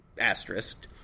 asterisk